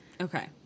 Okay